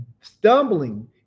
stumbling